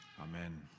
Amen